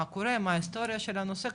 מה ההיסטוריה של הנושא.